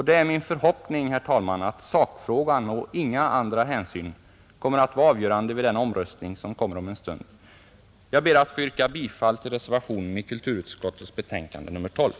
Det är min förhoppning att sakfrågan och inga andra hänsyn kommer att vara avgörande vid den omröstning som kommer om en stund, Jag ber att få yrka bifall till reservationen vid kulturutskottets betänkande nr 12.